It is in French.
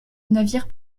navire